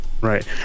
Right